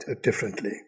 differently